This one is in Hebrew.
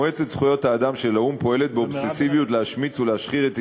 מועצת זכויות האדם של האו"ם פועלת באובססיביות להשמיץ ולהשחיר את ישראל,